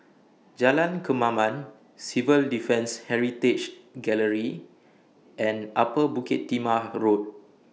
Jalan Kemaman Civil Defence Heritage Gallery and Upper Bukit Timah Road